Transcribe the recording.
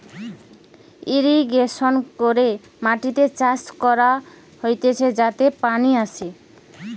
irrigation করে মাটিতে চাষ করা হতিছে যাতে পানি আসে